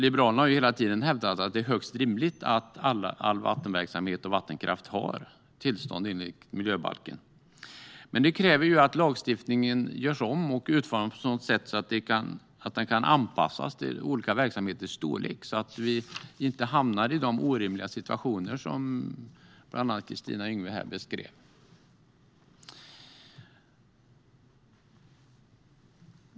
Liberalerna har hela tiden hävdat att det är högst rimligt att all vattenverksamhet och vattenkraft har tillstånd enligt miljöbalken. Men det kräver att lagstiftningen görs om och utformas på ett sådant sätt att den kan anpassas till olika verksamheters storlek, så att vi inte hamnar i de orimliga situationer som bland andra Kristina Yngwe beskrev.